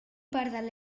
pardal